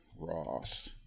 Ross